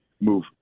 move